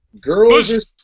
Girls